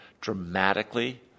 dramatically